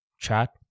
chat